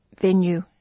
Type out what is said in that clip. venue